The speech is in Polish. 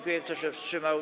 Kto się wstrzymał?